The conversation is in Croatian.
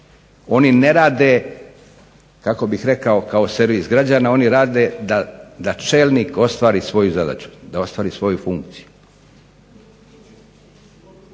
Oni ne rade, kako bih rekao, kao servis građana, oni rade da čelnik ostvari svoju zadaću, da ostvari svoju funkciju.